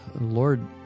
Lord